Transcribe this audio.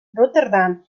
rotterdam